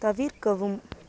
தவிர்க்கவும்